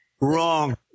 Wrong